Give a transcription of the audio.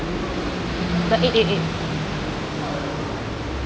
the eight eight eight